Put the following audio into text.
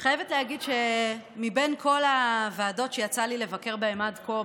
אני חייבת להגיד שמבין כל הוועדות שיצא לי לבקר בהן עד כה,